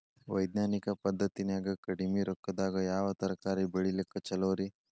ವೈಜ್ಞಾನಿಕ ಪದ್ಧತಿನ್ಯಾಗ ಕಡಿಮಿ ರೊಕ್ಕದಾಗಾ ಯಾವ ತರಕಾರಿ ಬೆಳಿಲಿಕ್ಕ ಛಲೋರಿ?